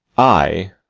i,